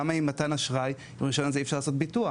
למה עם מתן אשראי ברישיון הזה אי אפשר לעשות ביטוח?